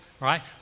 Right